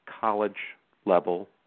college-level